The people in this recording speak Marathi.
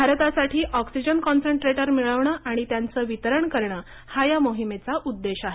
भारतासाठी ऑक्सिजन कॉन्सन्ट्रेटर मिळवणं आणि त्यांचं वितरण करणं हा या मोहिमेचा उद्देश आहे